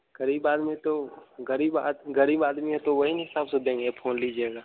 गरीब आदमी तो गरीब आद गरीब आदमी है तो वही न हिसाब से देंगे फोन लीजिएगा